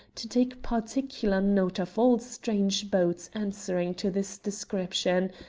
to take particular note of all strange boats answering to this description,